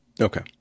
Okay